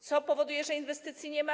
Co powoduje, że inwestycji nie ma?